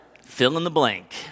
fill-in-the-blank